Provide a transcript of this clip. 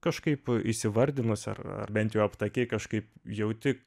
kažkaip įsivardinusi ar ar bent jau aptakiai kažkaip jauti